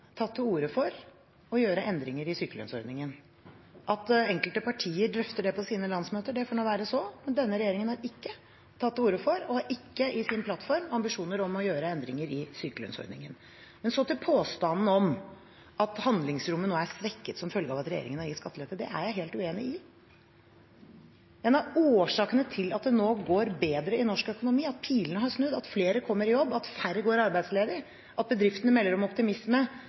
tatt til orde for å gjøre endringer i sykelønnsordningen. At enkelte partier drøfter det på sine landsmøter, får så være, men denne regjeringen har ikke tatt til orde for og har ikke i sin plattform ambisjoner om å gjøre endringer i sykelønnsordningen. Så til påstanden om at handlingsrommet nå er svekket som følge av at regjeringen har gitt skattelette. Det er jeg helt uenig i. En av årsakene til at det nå går bedre i norsk økonomi, at pilene har snudd, at flere kommer i jobb, at færre går arbeidsledig, at bedriftene melder om optimisme